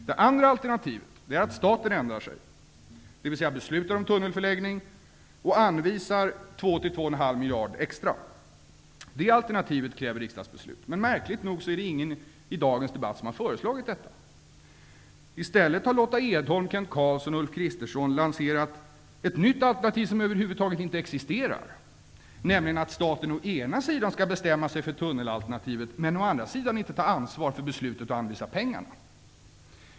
Det andra alternativet är att staten ändrar sig, dvs. miljarder extra. Det alternativet kräver riksdagsbeslut. Märkligt nog har inte någon i dagens debatt föreslagit detta. Kristersson lanserat ett nytt alternativ som över huvud taget inte existerar, nämligen att staten å ena sidan ska bestämma sig för tunnelalternativet men å andra sidan inte ta ansvar för beslutet och anvisa pengarna.